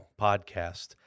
podcast